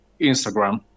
Instagram